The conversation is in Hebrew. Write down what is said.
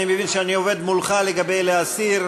אני מבין שאני עובד מולך לגבי להסיר,